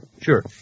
Sure